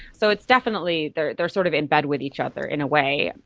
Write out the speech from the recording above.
so it's definitely, they they are sort of in bed with each other in a way.